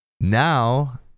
Now